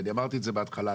ואמרתי את זה בהתחלה,